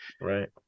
right